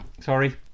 Sorry